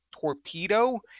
torpedo